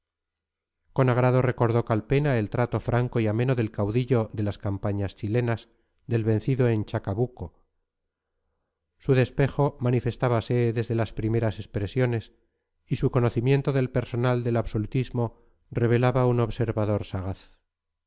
con agrado recordó calpena el trato franco y ameno del caudillo de las campañas chilenas del vencido en chacabuco su despejo manifestábase desde las primeras expresiones y su conocimiento del personal del absolutismo revelaba un observador sagaz